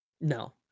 no